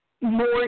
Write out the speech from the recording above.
more